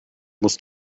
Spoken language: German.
muss